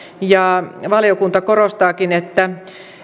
ja valiokunta korostaakin että